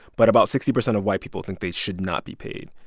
but about sixty percent of white people think they should not be paid.